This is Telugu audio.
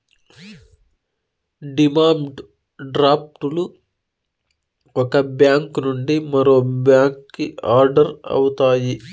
డిమాండ్ డ్రాఫ్ట్ లు ఒక బ్యాంక్ నుండి మరో బ్యాంకుకి ఆర్డర్ అవుతాయి